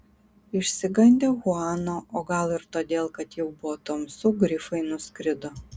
išsigandę chuano o gal ir todėl kad jau buvo tamsu grifai nuskrido